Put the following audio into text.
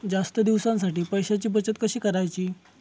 जास्त दिवसांसाठी पैशांची बचत कशी करायची?